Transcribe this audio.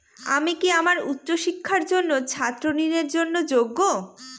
আমি কি আমার উচ্চ শিক্ষার জন্য ছাত্র ঋণের জন্য যোগ্য?